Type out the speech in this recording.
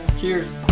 Cheers